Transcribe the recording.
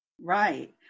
Right